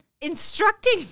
instructing